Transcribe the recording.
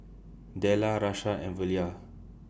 Dellar Rashad and Velia